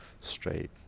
straight